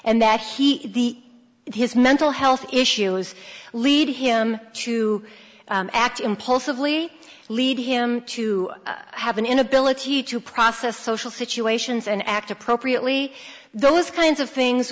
and that he and his mental health issues lead him to act impulsively lead him to have an inability to process social situations and act appropriately those kinds of things